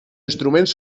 instruments